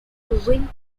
giving